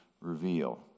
reveal